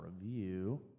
review